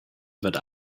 wird